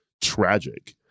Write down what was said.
tragic